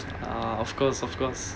ah of course of course